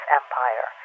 empire